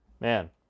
Man